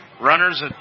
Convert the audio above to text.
Runners